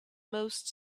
most